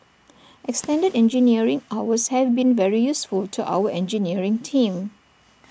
extended engineering hours have been very useful to our engineering team